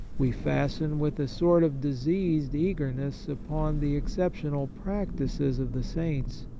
we fasten with a sort of diseased eagerness upon the excep tional practices of the saints.